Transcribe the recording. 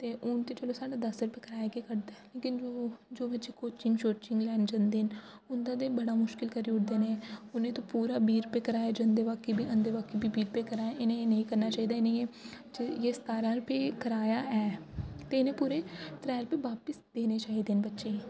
ते हून ते चलो साढ़ा दस रपेऽ कराया गै कटदा ऐ लेकिन जो बच्चे कोचिंग शोचिंग लैन जन्दे न उं'दा ते बड़ा मुश्किल करी ओड़दे न एह् उ'नें ते पूरा बीह् रपेऽ कराया जन्दे बाकी बी आंदे बाकी बीह् रपेऽ कराया इ'नें गी एह् नेईं करना चाहिदा जे सतारां रपेऽ कराया ऐ ते इ'नें पूरे त्रैऽ रपेऽ बापस देने चाहिदे न बच्चें गी